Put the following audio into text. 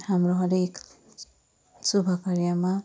हाम्रो हरएक शुभ कार्यमा